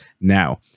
now